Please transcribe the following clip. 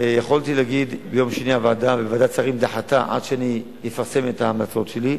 יכולתי להגיד: ועדת שרים דחתה עד שאני אפרסם את ההמלצות שלי,